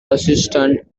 resistant